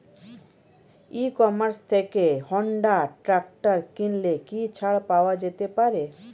ই commerce থেকে Honda tractor কিনলে কি ছাড় পাওয়া যেতে পারে?